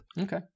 Okay